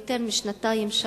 יותר משנתיים,